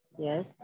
Yes